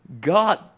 God